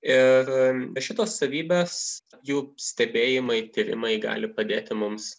ir be šitos savybės jų stebėjimai tyrimai gali padėti mums